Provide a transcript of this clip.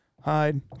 Hide